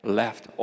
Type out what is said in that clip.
left